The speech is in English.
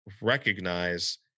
recognize